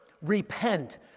Repent